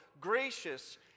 gracious